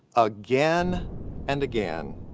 again and again.